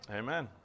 amen